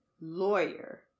lawyer